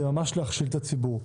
זה ממש להכשיל את הציבור.